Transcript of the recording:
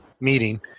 meeting